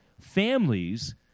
families